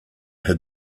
had